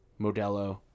Modelo